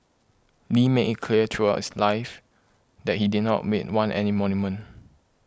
Lee made it clear throughout his life that he did not admit want any monument